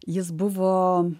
jis buvo